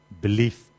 Belief